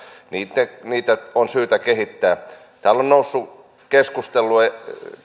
niitä on syytä kehittää täällä on noussut